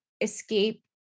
escape